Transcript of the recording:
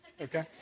okay